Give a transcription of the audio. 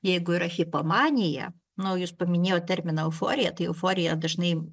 jeigu yra hipomanija na o jūs paminėjot terminą euforiją tai euforija dažnai